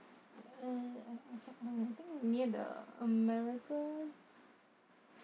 uh I think near the america